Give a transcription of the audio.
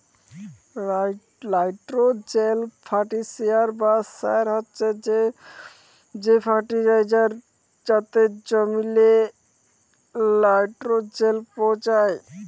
nitrogen fertiliser বা সার হছে সে ফার্টিলাইজার যাতে জমিল্লে লাইট্রোজেল পৌঁছায়